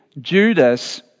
Judas